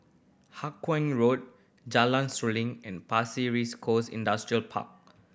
Hawkinge Road Jalan Seruling and Pasir Ris Coast Industrial Park